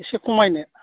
एसे खमायनो